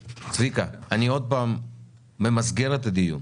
צביקה, אני עוד פעם ממסגר את הדיון.